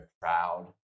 proud